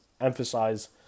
emphasize